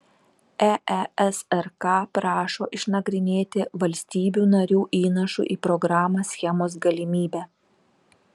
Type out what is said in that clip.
eesrk prašo išnagrinėti valstybių narių įnašų į programą schemos galimybę